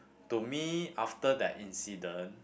to me after that incident